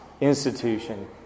institution